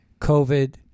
COVID